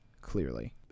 clearly